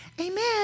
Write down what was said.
amen